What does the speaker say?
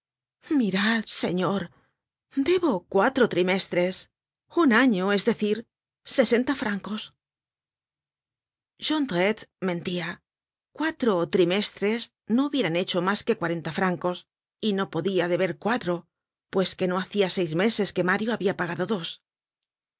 mirad señor debo cuatro trimestres un año es decir sesenta francos content from google book search generated at jondrette mentia cuatro trimestres no hubieran hecho mas que cuarenta francos y no podia deber cuatro pues que no hacia seis meses que mario habia pagado dos